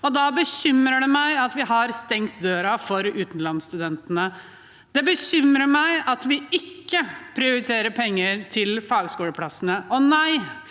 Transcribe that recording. Da bekymrer det meg at vi har stengt døren for utenlandsstudentene. Det bekymrer meg at vi ikke prioriterer penger til fagskoleplassene.